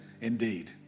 indeed